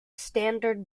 standard